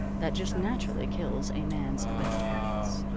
that just naturally kills a man's best points.